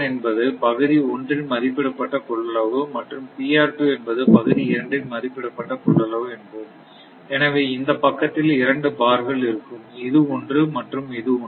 என்பது பகுதி ஒன்றின் மதிப்பிடப்பட்ட கொள்ளளவு மற்றும்என்பது பகுதி இரண்டின் மதிப்பிடப்பட்ட கொள்ளளவு என்போம் எனவே இந்தப் பக்கத்தில் இரண்டு பார்கள் இருக்கும் இது ஒன்று மற்றும் இது ஒன்று